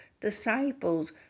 disciples